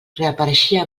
reapareixia